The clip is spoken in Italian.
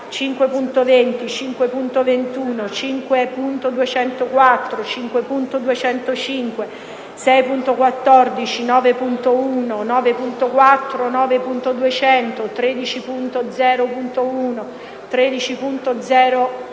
5.20, 5.21, 5.204, 5.205, 6.14, 9.1, 9.4, 9.200, 13.0.1, 13.0.5,